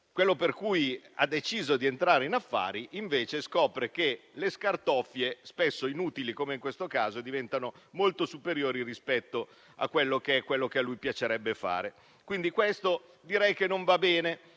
lavoro, per cui ha deciso di entrare in affari, l'imprenditore scopre che le scartoffie spesso inutili come in questo caso diventano molto superiori rispetto a quello che a lui piacerebbe fare. Questo direi che non va bene.